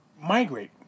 migrate